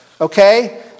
Okay